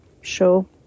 show